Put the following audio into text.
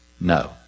No